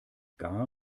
gar